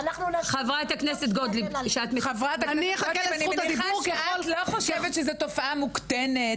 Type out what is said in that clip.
ואנחנו נשים --- את לא חושבת שזו תופעה מוקטנת,